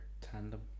Tandem